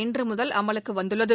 இன்று முதல் அமலுக்கு வந்துள்ளது